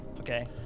Okay